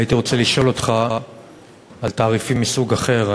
הייתי רוצה לשאול אותך על תעריפים מסוג אחר,